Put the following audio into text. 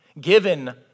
given